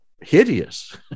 hideous